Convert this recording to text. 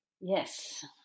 yes